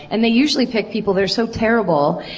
and they usually pick people that are so terrible.